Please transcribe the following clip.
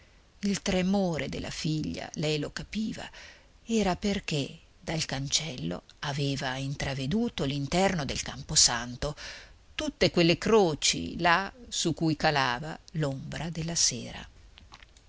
il tremore della figlia lei lo capiva era perché dal cancello aveva intraveduto l'interno del camposanto tutte quelle croci là su cui calava l'ombra della sera